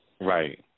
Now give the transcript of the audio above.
Right